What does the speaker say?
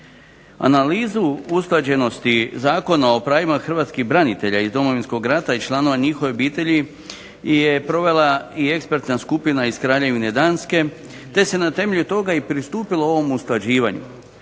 Analizu usklađenosti Zakona o pravima hrvatskim branitelja iz Domovinskog rata i članova njihovih obitelji je provela i ekspertna skupina iz Kraljevine Danske te se na temelju toga i pristupilo ovom usklađivanju.